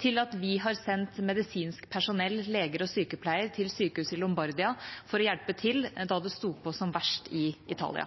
til at vi har sendt medisinsk personell, leger og sykepleiere, til sykehus i Lombardia for å hjelpe til da det sto på som verst i Italia.